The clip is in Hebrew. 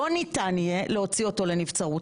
לא ניתן יהיה להוציא אותו לנבצרות.